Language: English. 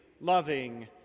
loving